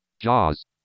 Jaws